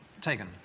taken